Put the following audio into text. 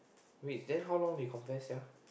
wait then how long they confess sia